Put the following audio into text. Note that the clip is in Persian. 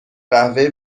قهوه